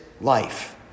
life